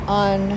on